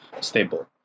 stable